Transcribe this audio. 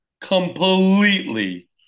completely